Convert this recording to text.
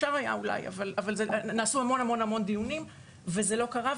אפשר היה, אולי, אבל נעשו המון דיונים וזה לא קרה.